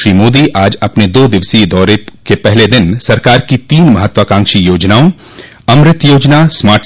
श्री मोदी आज अपने दो दिवसीय लखनऊ दौरे के पहले दिन सरकार की तीन महत्वाकाक्षी योजनाओं अमृत योजना स्मार्ट